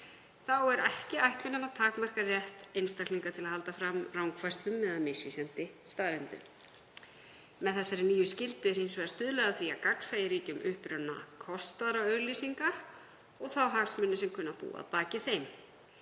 Þá er ekki ætlunin að takmarka rétt einstaklinga til að halda fram rangfærslum eða misvísandi staðreyndum. Með þessari nýju skyldu er hins vegar stuðlað að því að gagnsæi ríki um uppruna kostaðra auglýsinga og þá hagsmuni sem kunna að búa að baki þeim.